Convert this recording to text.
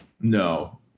No